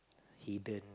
hidden